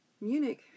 Munich